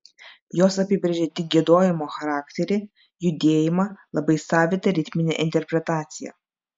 jos apibrėžė tik giedojimo charakterį judėjimą labai savitą ritminę interpretaciją